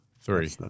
Three